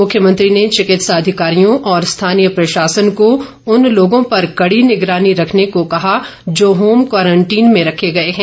मुख्यमंत्री ने चिकित्सा अधिकारियों और स्थानीय प्रशासन को उन लोगों पर कड़ी निगरानी रखने को कहा जो होम क्वारंटीन में रखे गए हैं